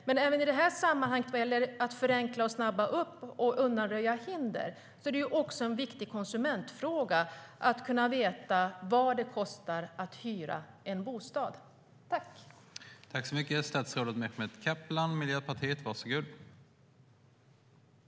Men även i detta sammanhang, när det gäller att förenkla, snabba på och undanröja hinder, är det en viktig konsumentfråga att få veta vad det kostar att hyra en bostad.